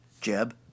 Jeb